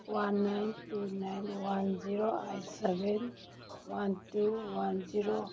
one nine two nine one zero eight seven one two one zero